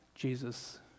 Jesus